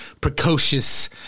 precocious